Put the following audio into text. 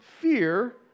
fear